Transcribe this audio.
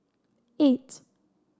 eight